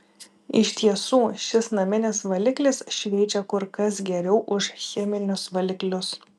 iš tiesų šis naminis valiklis šveičia kur kas geriau už cheminius valiklius